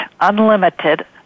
unlimited